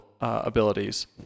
abilities